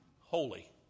holy